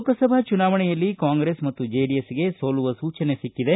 ಲೋಕಸಭಾ ಚುನಾವಣೆಯಲ್ಲಿ ಕಾಂಗ್ರೆಸ್ ಮತ್ತು ಜೆಡಿಎಸ್ಗೆ ಸೋಲುವ ಸೂಚನೆ ಸಿಕ್ಕಿದೆ